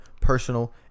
personal